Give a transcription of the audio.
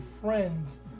friends